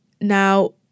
now